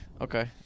okay